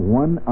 one